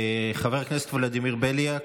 חבר הכנסת ולדימיר בליאק,